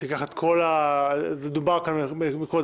דובר על זה קודם,